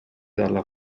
dalla